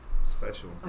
special